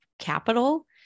capital